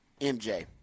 MJ